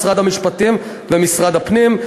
משרד המשפטים ומשרד הפנים.